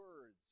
words